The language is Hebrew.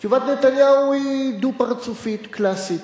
תשובת נתניהו היא דו-פרצופית קלאסית.